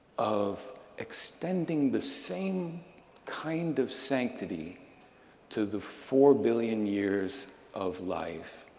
of extending the same kind of sanctity to the four billion years of life